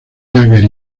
jagger